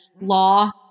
law